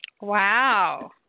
Wow